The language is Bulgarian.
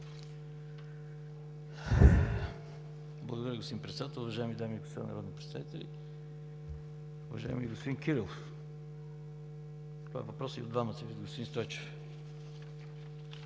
Благодаря, господин Председател. Уважаеми дами и господа народни представители, уважаеми господин Кирилов! Това е въпросът и от двама Ви с господин Стойчев.